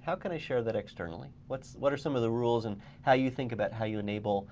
how can i share that externally? what what are some of the rules and how you think about how you enable